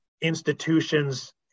institutions